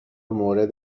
مورد